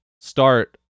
start